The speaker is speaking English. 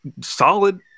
solid